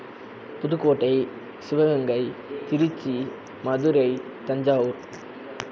Pudukkottai Sivaganga Tiruchi Madurai Thanjavur